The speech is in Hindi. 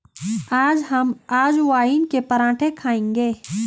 आज हम अजवाइन के पराठे खाएंगे